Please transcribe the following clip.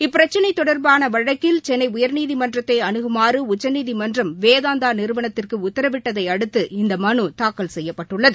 இப்பிரச்சினை தொடர்பான வழக்கில் சென்னை உயர்நீதிமன்றத்தை அனுகுமாறு உச்சநீதிமன்றம் வேதாந்தா நிறுவனத்திற்கு உத்தரவிட்டதை அடுத்து இந்த மனு தாக்கல் செய்யப்பட்டுள்ளது